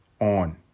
on